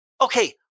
Okay